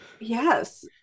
yes